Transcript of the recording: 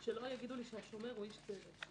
שלא יגידו לי שהשומר הוא איש צוות.